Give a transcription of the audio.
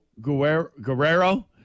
Guerrero